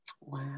Wow